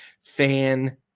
fan